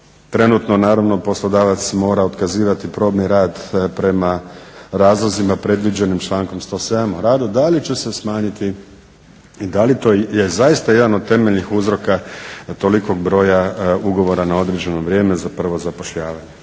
trenutno naravno poslodavac mora otkazivati probni rad prema razlozima predviđenim člankom 107. o radu. Da li će se smanjiti i da li to je zaista jedan od temeljnih uzroka tolikog broja ugovora na određeno vrijeme za prvo zapošljavanje.